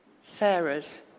Sarah's